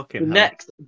Next